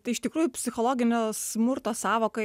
tai iš tikrųjų psichologinio smurto sąvoka